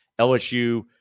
LSU